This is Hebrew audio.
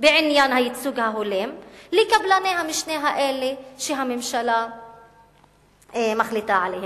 בעניין הייצוג ההולם לקבלני המשנה האלה שהממשלה מחליטה עליהם.